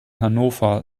hannover